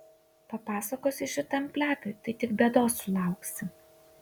papasakosi šitam plepiui tai tik bėdos sulauksi